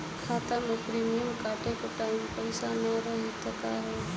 खाता मे प्रीमियम कटे के टाइम पैसा ना रही त का होई?